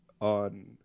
on